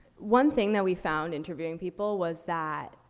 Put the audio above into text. one thing that we found interviewing people was that,